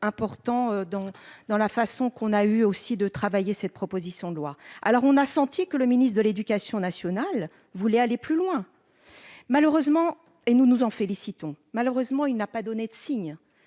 dans la façon qu'on a eu aussi de travailler cette proposition de loi, alors on a senti que le ministre de l'Éducation nationale, vous voulez aller plus loin. Malheureusement et nous nous en félicitons. Malheureusement, il n'a pas donné de signe